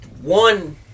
One